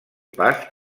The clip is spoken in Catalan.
pas